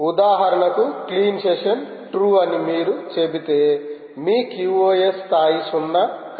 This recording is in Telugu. ఉదాహరణకు క్లీన్ సెషన్ ట్రు అని మీరు చెబితే మీ qos స్థాయి 0